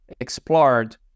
explored